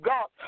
God